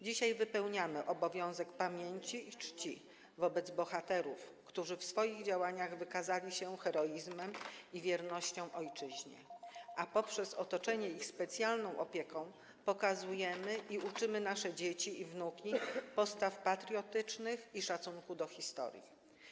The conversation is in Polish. Dzisiaj wypełniamy obowiązek pamięci i czci wobec bohaterów, którzy w swoich działaniach wykazali się heroizmem i wiernością ojczyźnie, a poprzez otoczenie ich specjalną opieką uczymy nasze dzieci i wnuki postaw patriotycznych i szacunku do historii.